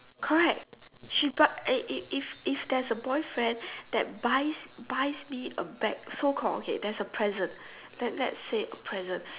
correct she but if if there's a boyfriend that buys buys me a bag so called okay there's a present let let's say a present